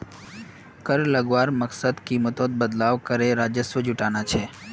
कर लगवार मकसद कीमतोत बदलाव करे राजस्व जुटाना छे